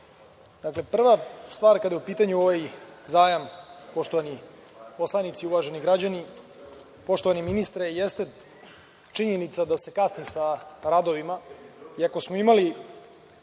prva stvar kada je u pitanju ovaj zajam, poštovani poslanici i uvaženi građani, poštovani ministre, jeste činjenica da se kasni sa radovima. Iako smo imali